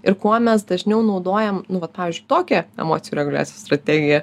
ir kuo mes dažniau naudojam nu vat pavyzdžiui tokią emocijų reguliacijos strategiją